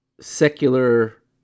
secular